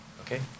Okay